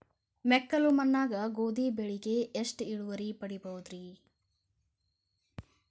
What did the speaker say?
ಮೆಕ್ಕಲು ಮಣ್ಣಾಗ ಗೋಧಿ ಬೆಳಿಗೆ ಎಷ್ಟ ಇಳುವರಿ ಪಡಿಬಹುದ್ರಿ?